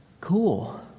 cool